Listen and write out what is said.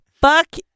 fuck